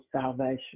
salvation